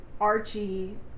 Archie